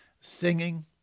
singing